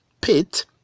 pit